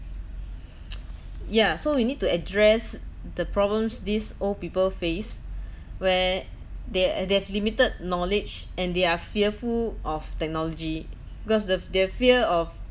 yeah so we need to address the problems these old people face where they're they've limited knowledge and they are fearful of technology because the their fear of